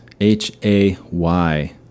H-A-Y